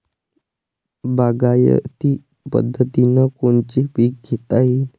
बागायती पद्धतीनं कोनचे पीक घेता येईन?